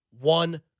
one